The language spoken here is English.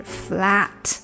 flat